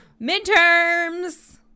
midterms